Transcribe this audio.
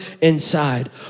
inside